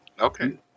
Okay